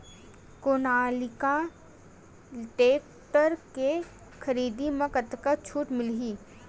Sonalika tractor के खरीदी मा कतका छूट मीलही?